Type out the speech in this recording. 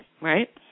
right